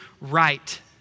right